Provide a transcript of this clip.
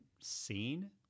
seen